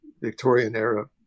Victorian-era